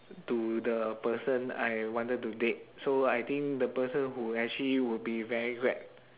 to the person I wanted to date so I think the person who actually would be very glad